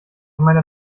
meiner